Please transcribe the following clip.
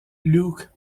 luke